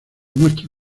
muestra